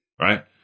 Right